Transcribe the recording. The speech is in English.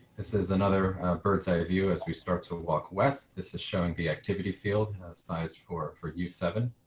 this is another bird's eye view as we start to walk west. this is showing the activity field size for for you. seven.